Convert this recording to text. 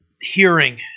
hearing